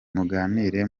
muganire